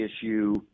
issue